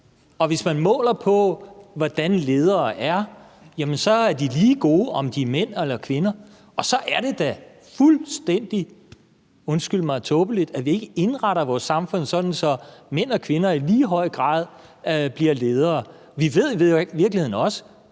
og hvis man måler på, hvordan folk er som ledere, så er de lige gode, om de er mænd eller kvinder. Og så er det da – undskyld mig – fuldstændig tåbeligt, at vi ikke indretter vores samfund sådan, at mænd og kvinder i lige høj grad bliver ledere. Vi ved i virkeligheden også,